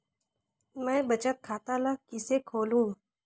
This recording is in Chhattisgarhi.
मैं बचत खाता ल किसे खोलूं?